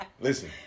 listen